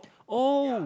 oh